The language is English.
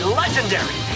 legendary